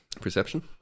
Perception